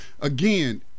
again